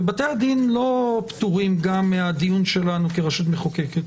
ובתי הדין לא פטורים גם מהדיון שלנו כרשות מחוקקת.